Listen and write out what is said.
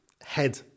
head